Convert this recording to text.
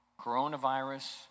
Coronavirus